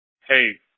hey